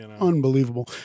unbelievable